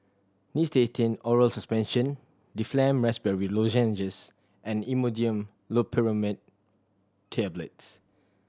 Nystatin Oral Suspension Difflam Raspberry Lozenges and Imodium Loperamide Tablets